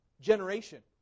generation